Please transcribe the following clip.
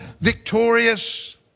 victorious